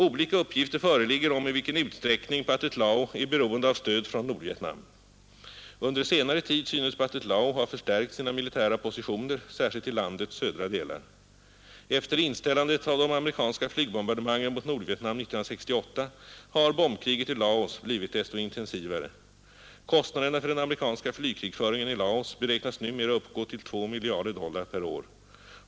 Olika uppgifter föreligger om i vilken utsträckning Pathet Lao är beroende av stöd från Nordvietnam. Under senare tid synes Pathet Lao ha förstärkt sina militära positioner, särskilt i landets södra delar. Efter inställandet av de amerikanska flygbombardemangen mot Nordvietnam 1968 har bombkriget i Laos blivit desto intensivare. Kostnaderna för den amerikanska flygkrigföringen i Laos beräknas numera uppgå till 2 miljarder dollar per år.